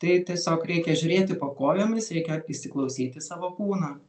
tai tiesiog reikia žiūrėti po kojomis reikia įsiklausyti į savo kūną